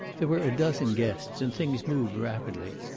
there were a dozen guests, and things moved rapidly.